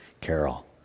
Carol